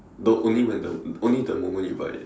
the only when the only the moment you buy it